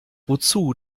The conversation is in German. wozu